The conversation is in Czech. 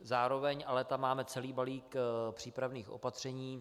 Zároveň tam ale máme celý balík přípravných opatření.